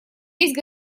есть